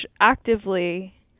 actively